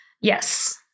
Yes